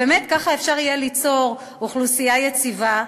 באמת כך אפשר יהיה ליצור אוכלוסייה יציבה,